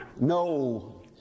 No